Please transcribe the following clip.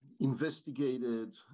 investigated